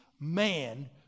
man